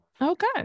Okay